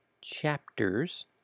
chapters